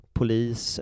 polis